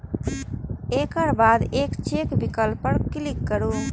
एकर बाद एकल चेक विकल्प पर क्लिक करू